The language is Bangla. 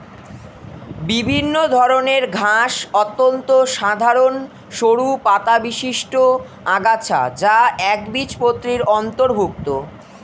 বিভিন্ন ধরনের ঘাস অত্যন্ত সাধারণ সরু পাতাবিশিষ্ট আগাছা যা একবীজপত্রীর অন্তর্ভুক্ত